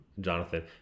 Jonathan